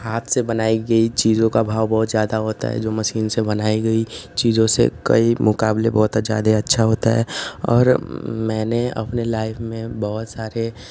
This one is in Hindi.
हाथ से बनाई गई चीजों का भाव बहुत ज़्यादा होता है जो मसीन से बनाई गई चीज़ों से कई मुकाबले बहुत जादे अच्छा होता है और मैंने अपने लाइफ में बहुत सारे